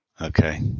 Okay